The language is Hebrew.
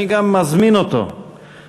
אני מזמין את יושב-ראש הוועדה,